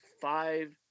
five